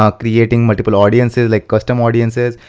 ah creating multiple audiences like custom audiences.